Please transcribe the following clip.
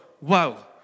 wow